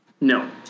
No